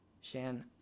Shan